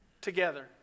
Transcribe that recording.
together